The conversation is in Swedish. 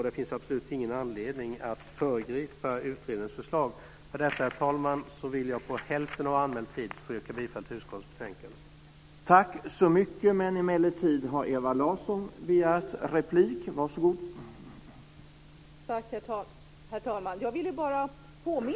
Det finns absolut ingen anledning att föregripa utredningens förslag. Herr talman! Med detta vill jag på hälften av anmält talartid yrka bifall till utskottets förslag i betänkandet.